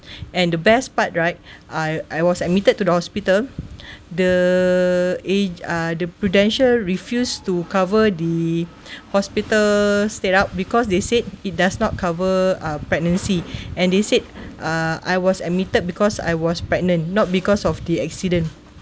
and the best part right I I was admitted to the hospital the age~ uh the Prudential refused to cover the hospital straight up because they said it does not cover uh pregnancy and they said uh I was admitted because I was pregnant not because of the accident